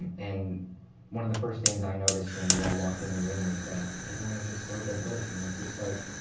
and one of the first things i noticed when you all walked in the room is that everyone is just so diverse. and it's just like,